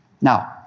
Now